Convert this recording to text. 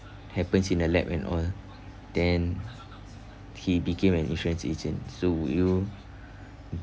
happens in the lab and all then he became an insurance agent so would you